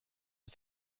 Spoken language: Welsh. wyt